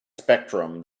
spectrum